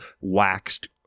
waxed